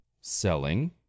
selling